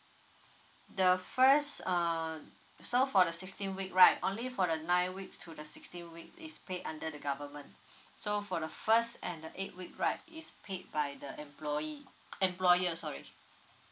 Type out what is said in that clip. the first uh so for the sixteen week right only for the ninth week to the sixteenth week is paid under the government so for the first and the eighth week right is paid by the employee employer sorry